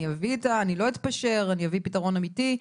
אני לא אתפשר, אני אביא פתרון אמיתי.